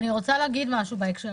אני רוצה להגיד משהו בהקשר הזה.